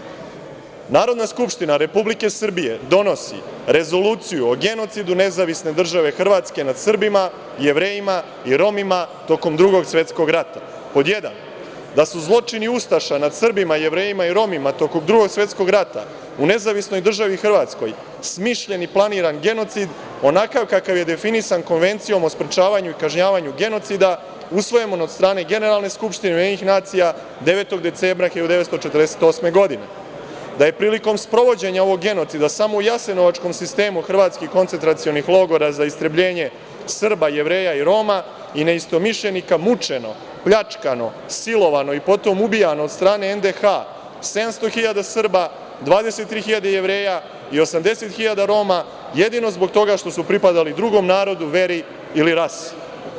- Narodna skupština Republike Srbije donosi rezoluciju o genocidu NDH nad Srbima, Jevrejima i Romima tokom Drugog svetskog rata, pod 1. – da su zločini ustaša nad Srbima, Jevrejima i Romima tokom Drugog svetskog rata u NDH smišljen i planiran genocid onakav kakav je definisan Konvencijom o sprečavanju i kažnjavanju genocida usvojenim od strane Generalne skupštine UN 9. decembra 1948. godine, da je prilikom sprovođenja ovog genocida samo u jasenovačkom sistemu hrvatskih koncentracionih logora za istrebljenje Srba, Jevreja i Roma i neistomišljenika mučeno, pljačkano, silovano i potom ubijano od strane NDH 700 hiljada Srba, 23 hiljade Jevreja i 80 hiljada Roma, jedino zbog toga što su pripadali drugom narodu, veri ili rasi.